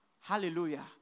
Hallelujah